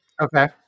Okay